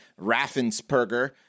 Raffensperger